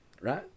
right